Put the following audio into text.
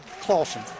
Clawson